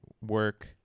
work